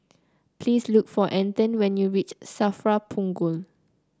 please look for Anton when you reach Safra Punggol